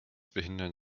behindern